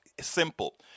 simple